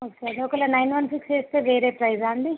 okay ఒకవేళ nine one six వేస్తే వేరే ప్రైసా అండి